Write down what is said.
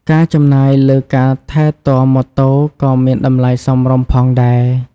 ការចំណាយលើការថែទាំម៉ូតូក៏មានតម្លៃសមរម្យផងដែរ។